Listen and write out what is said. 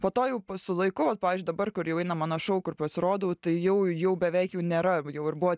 po to jau sulaikau vat pavyzdžiui dabar kur jau eina mano šou kur pasirodau tai jau jau beveik jų nėra jau ir buvo